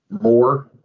more